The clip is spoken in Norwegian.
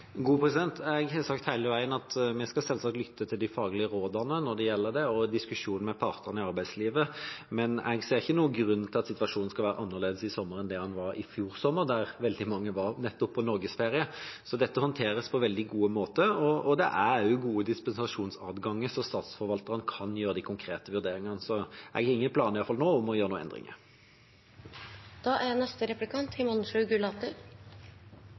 Jeg har sagt hele veien at vi skal selvsagt lytte til de faglige rådene når det gjelder det, og ha diskusjon med partene i arbeidslivet, men jeg ser ikke noen grunn til at situasjonen skal være annerledes i sommer enn i fjor sommer, da veldig mange var nettopp på norgesferie. Dette håndteres på veldig gode måter, og det er også gode dispensasjonsadganger, sånn at statsforvalterne kan gjøre de konkrete vurderingene. Så jeg har iallfall nå ingen planer om å gjøre noen